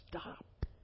Stop